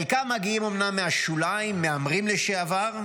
חלקם מגיעים אומנם מהשוליים, מהמרים לשעבר,